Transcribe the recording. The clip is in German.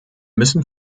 müssen